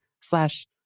slash